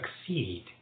succeed